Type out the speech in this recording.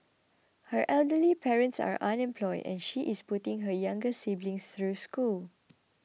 her elderly parents are unemployed and she is putting her younger siblings through school